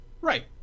Right